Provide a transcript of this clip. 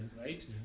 right